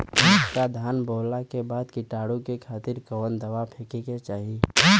मोटका धान बोवला के बाद कीटाणु के खातिर कवन दावा फेके के चाही?